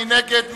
מי נגד?